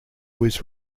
was